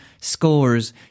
scores